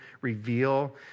reveal